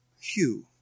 Hugh